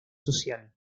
social